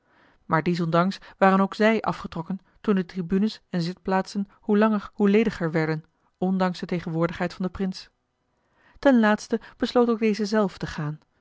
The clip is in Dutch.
dies ondanks waren ook zij afgetrokken toen de tribunes en zitplaatsen hoe langer hoe lediger werden ondanks de tegenwoordigheid van den prins ten laatste besloot ook deze zelf te gaan